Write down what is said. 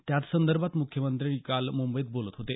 त्यासंदर्भात मुख्यमंत्री काल मुंबईत बोलत होते